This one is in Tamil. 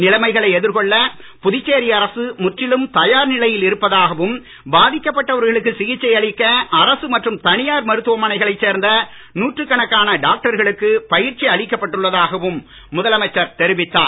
நிலைமைகளை எதிர்கொள்ள புதுச்சேரி அரசு முற்றிலும் தயார் நிலையில் இருப்பதாகவும் பாதிக்கப் பட்டவர்களுக்கு சிகிச்சை அளிக்க அரசு மற்றும் தனியார் மருத்துவமனைகளைச் சேர்ந்த நூற்றுக் கணக்கான டாக்டர்களுக்கு பயிற்சி அளிக்கப் பட்டுள்ளதாகவும் முதலமைச்சர் தெரிவித்தார்